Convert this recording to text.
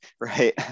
right